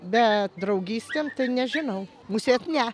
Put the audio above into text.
bet draugystėm tai nežinau musėt ne